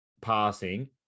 passing